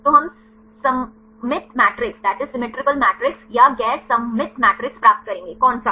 तो हम सममित मैट्रिक्स या गैर सममित मैट्रिक्स प्राप्त करेंगे कोनसा